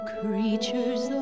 creatures